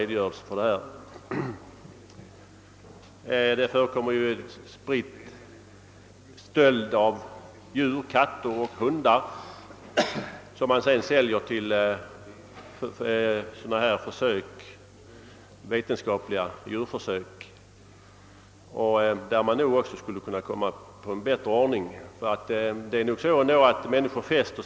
Det förekommer också stöld av katter och hundar, som sedan säljs till institutioner som bedriver vetenskapliga djurförsök. På den punkten borde vi få en bättre ordning. Människor fäster sig som vi vet mycket vid djur.